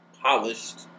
polished